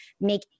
make